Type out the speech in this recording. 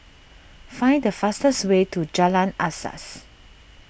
find the fastest way to Jalan Asas